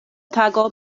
tago